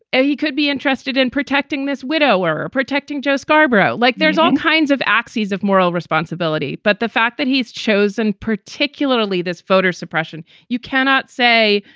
and he could be interested in protecting this widow or protecting joe scarborough. like, there's all kinds of axes of moral responsibility. but the fact that he's chosen, particularly this voter suppression, you cannot say,